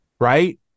right